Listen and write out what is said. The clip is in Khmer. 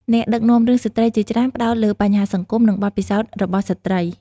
អ្នកដឹកនាំស្ត្រីជាច្រើនផ្តោតលើបញ្ហាសង្គម និងបទពិសោធន៍របស់ស្ត្រី។